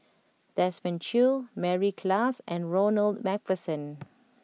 Desmond Choo Mary Klass and Ronald MacPherson